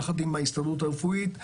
יחד עם ההסתדרות הרפואית,